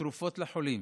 תרופות לחולים.